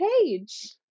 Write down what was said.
Page